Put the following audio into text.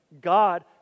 God